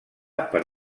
per